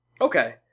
Okay